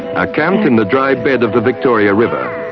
are camped in the dry bed of the victoria river,